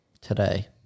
today